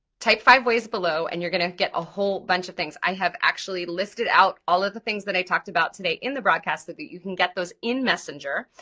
type five ways below and you're gonna get a whole bunch of things. i have actually listed out all of the things that i talked about today in the broadcast so that you can get those in messenger,